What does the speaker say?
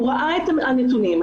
הוא ראה את הנתונים.